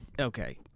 okay